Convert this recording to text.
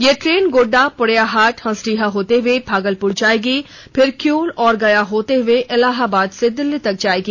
यह ट्रेन गोड्डा पोड़ैयाहाट हंसडीहा होते हुए भागलपुर जाएगी फिर क्यूल और गया होते हए इलाहाबाद से दिल्ली तक जाएगी